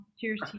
Cheers